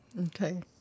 Okay